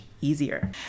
easier